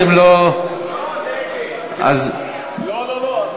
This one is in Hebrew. אתם לא, לא, לא, לא.